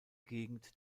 gegend